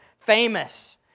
famous